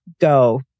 go